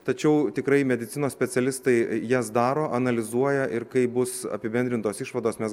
tačiau tikrai medicinos specialistai jas daro analizuoja ir kai bus apibendrintos išvados mes